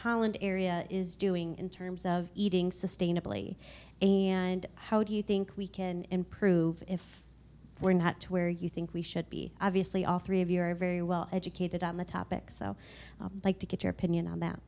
holland area is doing in terms of eating sustainably a and how do you think we can improve if we're not to where you think we should be obviously all three of you are very well educated on the topic so like to get your opinion on that